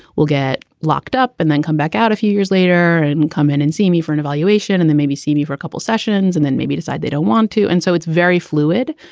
will get locked up and then come back out a few years later and and come in and see me for an evaluation and then maybe see me for a couple of sessions and then maybe decide they don't want to. and so it's very fluid.